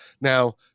Now